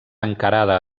encarada